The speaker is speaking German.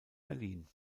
berlin